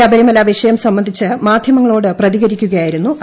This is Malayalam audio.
ശബരിമല വിഷയം സംബന്ധിച്ച് മാധ്യമങ്ങളോട് പ്രതികരിക്കുകയായിരുന്നു അദ്ദേഹം